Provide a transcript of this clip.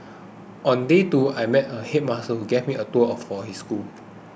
on day two I met a headmaster who gave me a tour of his school